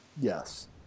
Yes